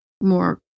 more